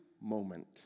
moment